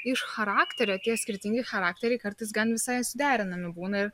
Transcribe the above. iš charakterio tie skirtingi charakteriai kartais gan visai suderinami būna ir